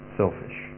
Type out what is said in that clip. selfish